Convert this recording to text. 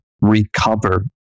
recover